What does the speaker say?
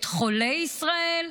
את חולי ישראל,